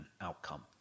outcome